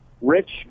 rich